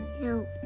No